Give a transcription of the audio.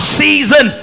season